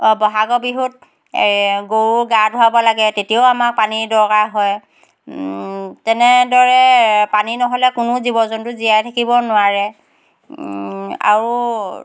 অঁ বহাগৰ বিহুত গৰু গা ধোৱাব লাগে তেতিয়াও আমাক পানীৰ দৰকাৰ হয় তেনেদৰে পানী নহ'লে কোনো জীৱ জন্তু জীয়াই থাকিব নোৱাৰে আৰু